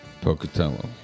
pocatello